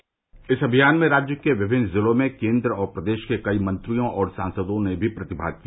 डस अमियान में राज्य के विमिन जिलों में केन्द्र और प्रदेश के कई मंत्रियों और सांसदों ने भी प्रतिमाग किया